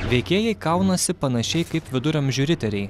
veikėjai kaunasi panašiai kaip viduramžių riteriai